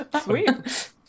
Sweet